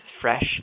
fresh